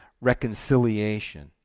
reconciliation